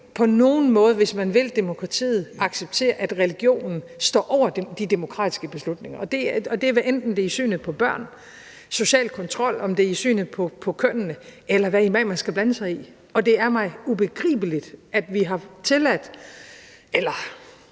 på nogen måde, hvis man vil demokratiet, kan acceptere, at religionen står over de demokratiske beslutninger, og det er, hvad enten det er synet på børn, social kontrol, synet på kønnene, eller hvad imamer skal blande sig i. Og det er mig ubegribeligt, at vi har ladet en